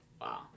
Wow